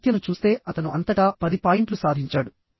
ఆదిత్యను చూస్తే అతను అంతటా 10 పాయింట్లు సాధించాడు